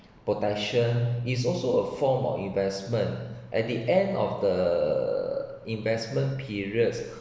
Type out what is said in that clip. protection is also a form of investment at the end of the investment periods